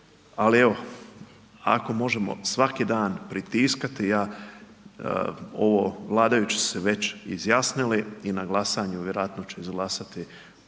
Ali evo ako možemo svaki dan pritiskati ovo, vladajući su se već izjasnili i na glasanju vjerojatno će izglasati,